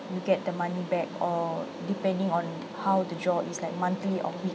you get the money back or depending on how the job is like monthly or weekly